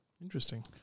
interesting